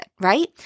right